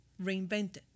reinvented